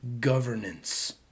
governance